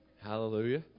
Hallelujah